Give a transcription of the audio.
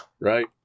Right